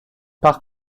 par